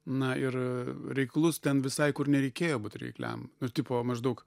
na ir reiklus ten visai kur nereikėjo būt reikliam nu tipo maždaug